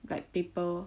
like paper